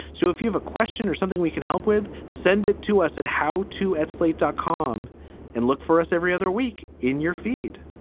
so if you have a question or something we can help with. send it to us at how to at slate dot com and look for us every other week in your feed